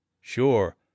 sure